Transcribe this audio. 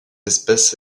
espèce